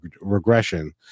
regression